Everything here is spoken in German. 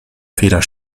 feder